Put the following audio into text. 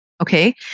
okay